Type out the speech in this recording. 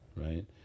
right